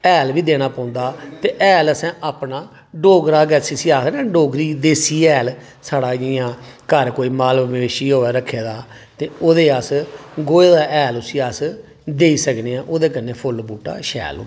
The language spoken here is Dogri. हैल बी देना पौंदा ते हैल असें अपना डोगरा गै अस इसी आखदे न डोगरी च देसी हैल साढ़ा जि'यां घर कोई माल मवेशी होऐ रक्खे दा ते ओह्दे अस गोहे दा हैल उसी अस देई सकने आं ओह्दे कन्नै फुल्ल बूह्टा शैल होंदा